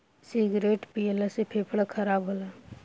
cigarette पियला से फेफड़ा खराब होला